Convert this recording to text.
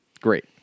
Great